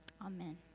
Amen